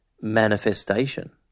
manifestation